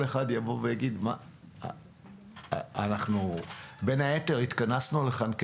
אנחנו התכנסנו כאן,